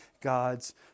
God's